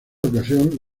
ocasión